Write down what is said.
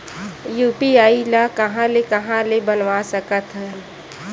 UPI ल कहां ले कहां ले बनवा सकत हन?